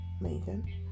megan